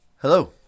Hello